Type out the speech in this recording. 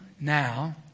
now